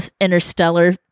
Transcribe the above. interstellar